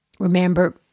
Remember